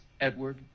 Edward